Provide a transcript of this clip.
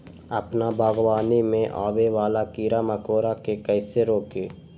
अपना बागवानी में आबे वाला किरा मकोरा के कईसे रोकी?